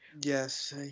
Yes